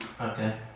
Okay